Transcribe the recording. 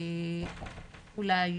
אולי